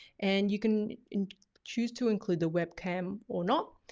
and you can choose to include the webcam or not.